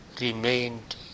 remained